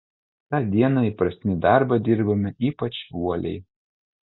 tą dieną įprastinį darbą dirbome ypač uoliai